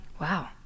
Wow